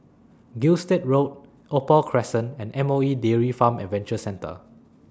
Gilstead Road Opal Crescent and M O E Dairy Farm Adventure Centre